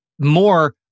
more